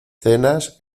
cenas